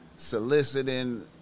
soliciting